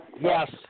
Yes